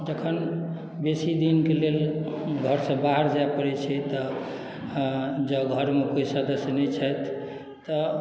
जखन बेसी दिनके लेल घरसँ बाहर जाय पड़ैत छै तऽ जब घरमे कोइ सदस्य नहि छथि तऽ